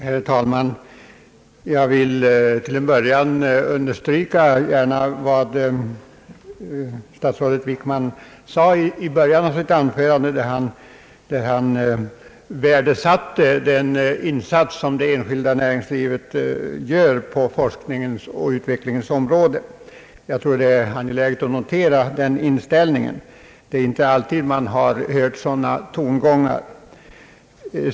Herr talman! Jag vill till att börja med gärna understryka vad statsrådet Wickman sade i början av sitt anförande, där han värdesatte den insats som det enskilda näringslivet gör på forskningens och utvecklingens områden. Det är värt att notera denna hans inställning, ty det är inte alltid man hör sådana tongångar.